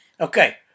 Okay